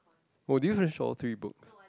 oh did you finish all three books